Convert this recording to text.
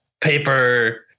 paper